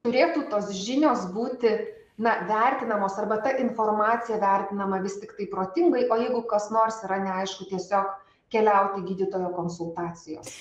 turėtų tos žinios būti na vertinamos arba ta informacija vertinama vis tiktai protingai o jeigu kas nors yra neaišku tiesiog keliauti gydytojo konsultacijos